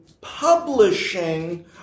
publishing